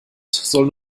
soll